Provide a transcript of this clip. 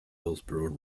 hillsborough